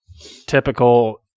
typical